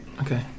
Okay